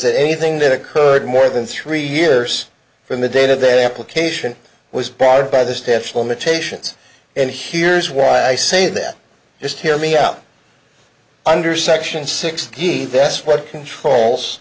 that anything that occurred more than three years from the data that application was prodded by the staff limitations and here's why i say that just hear me out under section sixty that's what controls